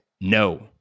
no